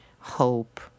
hope